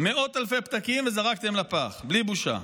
מאות אלפי פתקים וזרקתם לפח בלי בושה.